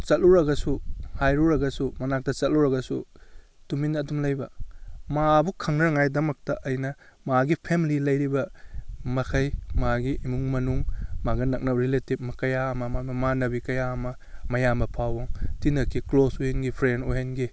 ꯆꯠꯂꯨꯔꯒꯁꯨ ꯍꯥꯏꯔꯨꯔꯒꯁꯨ ꯃꯅꯥꯛꯇ ꯆꯠꯂꯨꯔꯒꯁꯨ ꯇꯨꯃꯤꯟꯅ ꯑꯗꯨꯝ ꯂꯩꯕ ꯃꯥꯕꯨ ꯈꯪꯅꯅꯉꯥꯏꯒꯤꯗꯃꯛꯇ ꯑꯩꯅ ꯃꯥꯒꯤ ꯐꯦꯃꯤꯂꯤ ꯂꯩꯔꯤꯕ ꯃꯈꯩ ꯃꯥꯒꯤ ꯏꯃꯨꯡ ꯃꯅꯨꯡ ꯃꯥꯒ ꯅꯛꯅꯕ ꯔꯤꯂꯦꯇꯤꯕ ꯀꯌꯥ ꯑꯃ ꯃꯥꯏ ꯃꯃꯥꯟꯅꯕꯤ ꯀꯌꯥ ꯑꯃ ꯃꯌꯥꯝꯕ ꯐꯥꯎꯕ ꯇꯤꯟꯅꯈꯤ ꯀ꯭ꯂꯣꯖ ꯈꯨꯗꯤꯡꯒꯤ ꯐ꯭ꯔꯦꯟ ꯑꯣꯏꯍꯟꯈꯤ